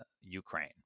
ukraine